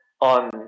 on